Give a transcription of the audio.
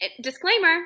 disclaimer